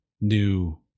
new